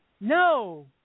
No